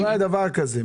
לא היה דבר כזה.